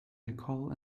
nicole